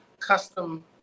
custom